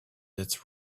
its